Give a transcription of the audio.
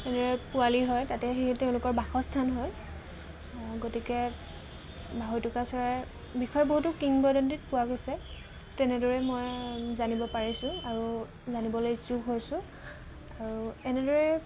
এনেদৰে পোৱালি হয় তাতে সি তেওঁলোকৰ বাসস্থান হয় গতিকে বাঢ়ৈটোকা চৰাইৰ বিষয়ে বহুতো কিংবদন্তিত পোৱা গৈছে তেনেদৰে মই জানিব পাৰিছোঁ আৰু জানিবলৈ ইচ্ছুক হৈছোঁ আৰু এনেদৰে